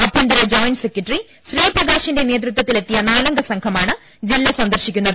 ആഭ്യന്തര joint secretary ശ്രീപ്രകാശിന്റെ നേതൃത്വത്തിൽ എത്തിയ നാലംഗ സംഘമാണ് ജില്ല സന്ദർശിക്കുന്നത്